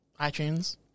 iTunes